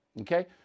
Okay